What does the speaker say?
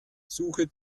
suche